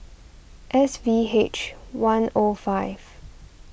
S V H one O five